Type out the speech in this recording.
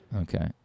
Okay